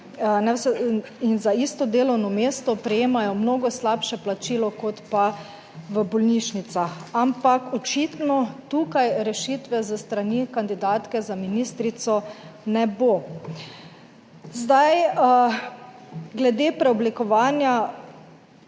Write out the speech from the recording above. in za isto delovno mesto prejemajo mnogo slabše plačilo, kot pa v bolnišnicah, ampak očitno tukaj rešitve s strani kandidatke za ministrico ne bo. Glede preoblikovanja